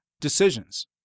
decisions